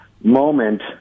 moment